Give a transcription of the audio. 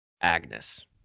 Agnes